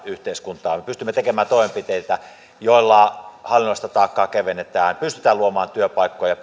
yhteiskuntaa me pystymme tekemään toimenpiteitä joilla hallinnollista taakkaa kevennetään pystymme luomaan työpaikkoja